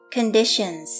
Conditions